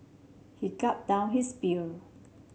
he gulped down his beer